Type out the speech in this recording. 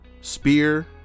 Spear